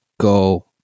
go